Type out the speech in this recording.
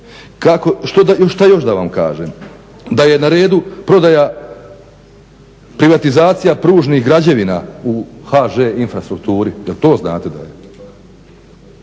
šta još da vam kažem? Da je na redu prodaja privatizacija pružnih građevina u HŽ infrastrukturi, jel to znate da je?